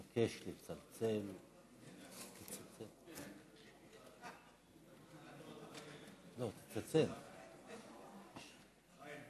חיים,